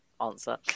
answer